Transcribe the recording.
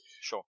Sure